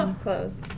clothes